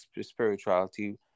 spirituality